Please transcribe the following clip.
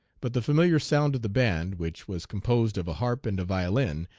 but the familiar sound of the band, which was composed of a harp and a violin,